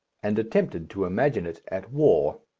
and attempted to imagine it at war.